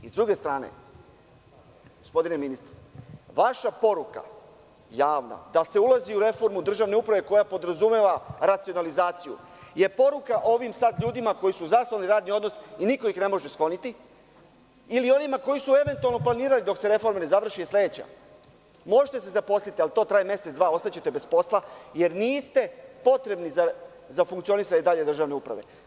S druge strane, gospodine ministre, vaša poruka javna da se ulazi u reformu državne uprave koja podrazumeva racionalizaciju je poruka ovim sad ljudima koji su zasnovali radni odnos i niko ih ne može skloniti ili onima koji su eventualno planirali dok se reforma ne završi je sledeća - možete se zaposliti, ali to traje mesec, dva, ostaćete bez posla, jer niste potrebni za funkcionisnje dalje državne uprave.